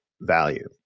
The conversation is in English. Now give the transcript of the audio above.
value